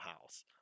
house